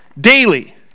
Daily